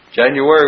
January